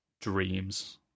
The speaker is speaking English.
dreams